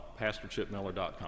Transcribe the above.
PastorChipMiller.com